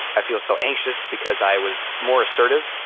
i feel so anxious because i was more assertive.